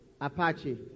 Apache